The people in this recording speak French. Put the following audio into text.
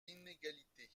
l’inégalité